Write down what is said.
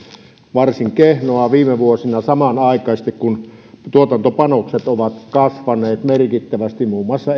varsin kehnoa viime vuosina samanaikaisesti kun tuotantopanokset ovat kasvaneet merkittävästi muun muassa